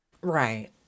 Right